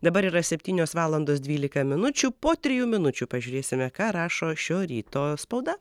dabar yra septynios valandos dvylika minučių po trijų minučių pažiūrėsime ką rašo šio ryto spauda